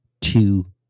Two